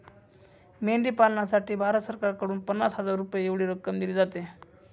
मेंढी पालनासाठी भारत सरकारकडून पन्नास हजार रुपये एवढी रक्कम दिली जाते